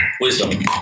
Wisdom